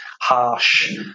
harsh